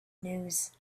news